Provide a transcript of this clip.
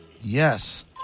Yes